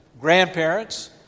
grandparents